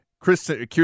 Kristen